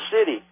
city